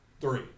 Three